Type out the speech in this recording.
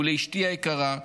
ולאשתי היקרה,